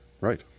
Right